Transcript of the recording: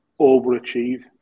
overachieve